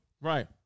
Right